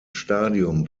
stadium